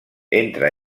entre